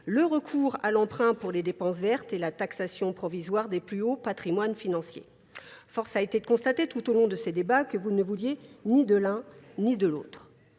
le recours à l'emprunt pour les dépenses vertes et la taxation provisoire des plus hauts patrimoines financiers. Force a été de constater tout au long de ces débats que vous ne vouliez ni de l'un ni de l'autre.